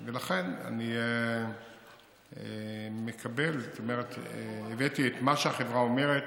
ולכן, אני מקבל, הבאתי את מה שהחברה אומרת